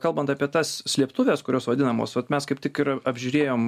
kalbant apie tas slėptuves kurios vadinamos vat mes kaip tik ir apžiūrėjom